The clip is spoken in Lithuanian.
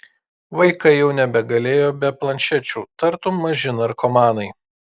vaikai jau nebegalėjo be planšečių tartum maži narkomanai